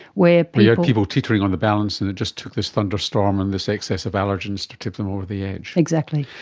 where you had people teetering on the balance and it just took this thunderstorm and this excess of allergens to tip them over the edge. exactly.